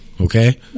Okay